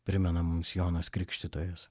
primena mums jonas krikštytojas